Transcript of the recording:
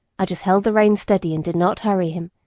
i just held the rein steady and did not hurry him,